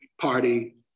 party